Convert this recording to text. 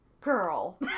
Girl